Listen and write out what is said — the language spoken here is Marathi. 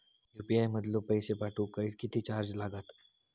यू.पी.आय मधलो पैसो पाठवुक किती चार्ज लागात?